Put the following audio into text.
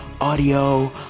audio